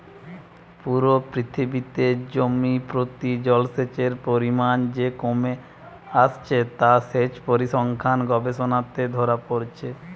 পুরো পৃথিবীতে জমি প্রতি জলসেচের পরিমাণ যে কমে আসছে তা সেচ পরিসংখ্যান গবেষণাতে ধোরা পড়ছে